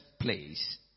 place